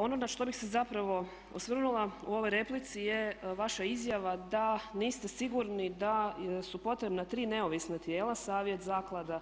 Ono na što bih se zapravo osvrnula u ovoj replici je vaša izjava da niste sigurni da su potrebna tri neovisna tijela Savjet zaklada